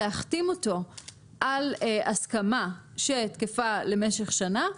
להחתים אותו על הסכמה שתקפה למשך שנה,